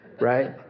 right